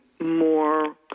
more